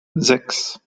sechs